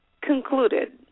concluded